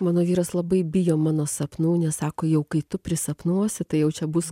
mano vyras labai bijo mano sapnų nes sako jau kai tu prisapnuosi tai jau čia bus